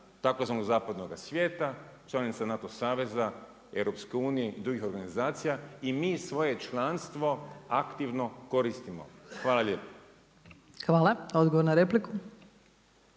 tzv. zapadnoga svijeta, članica NATO saveza, EU-a i dr. organizacija i mi svoje članstvo aktivno koristimo. Hvala lijepo. **Opačić,